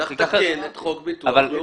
צריך לתקן את חוק ביטוח לאומי.